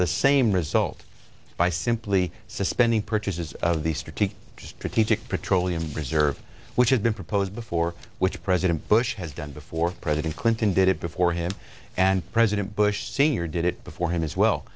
the same results by simply suspending purchases of the strategic strategic petroleum reserve which has been proposed before which president bush has done before president clinton did it before him and president bush sr did it before him as well